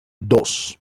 dos